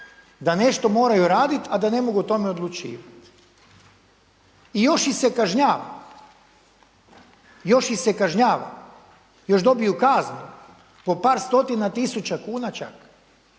da nešto moraju raditi a da ne mogu o tome odlučivat i još ih se kažnjava, još ih se kažnjava, još dobiju kaznu po par stotina tisuća kuna čak